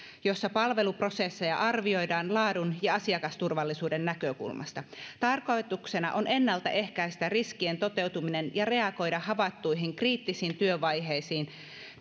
jossa palveluprosesseja arvioidaan laadun ja asiakasturvallisuuden näkökulmasta tarkoituksena on ennaltaehkäistä riskien toteutuminen ja reagoida havaittuihin kriittisiin työvaiheisiin